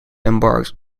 embarked